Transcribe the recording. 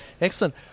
Excellent